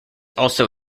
also